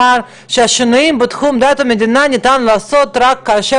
שהשינויים בתחום הדת והמדינה ניתנים לעשייה רק כאשר